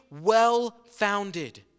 well-founded